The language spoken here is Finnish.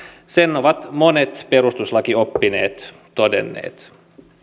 sen ovat monet perustuslakioppineet todenneet